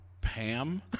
Pam